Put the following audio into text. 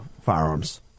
firearms